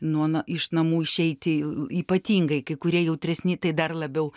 nuo na namų išeiti į ypatingai kai kurie jautresni tai dar labiau